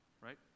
right